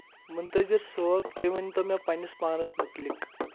مُنتٲظر صٲب تُہۍ ؤنۍ تو مےٚ پنٕنِس پانَس مُتعلِق